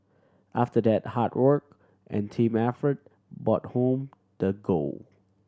after that hard work and team effort but home the gold